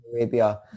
Arabia